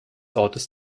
ortes